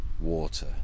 Water